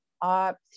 Up